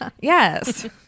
Yes